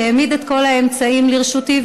שהעמיד את כל האמצעים לרשותי,